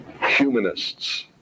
humanists